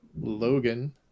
Logan